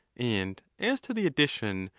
and as to the addition,